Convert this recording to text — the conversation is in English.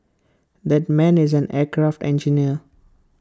that man is an aircraft engineer